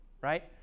right